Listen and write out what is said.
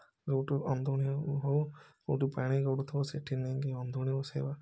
କେଉଁଠୁ ଅନ୍ଧୁଣି ହଉ କେଉଁଠୁ ପାଣି ଗଡ଼ୁଥିବ ସେଠି ନେଇ ଅନ୍ଧୁଣି ବସେଇବା